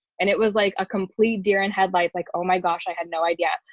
and it was like a complete deer in headlights like oh my gosh, i had no idea.